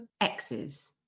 X's